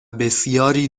بسیاری